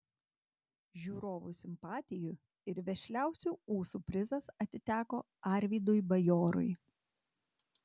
žiūrovų simpatijų ir vešliausių ūsų prizas atiteko arvydui bajorui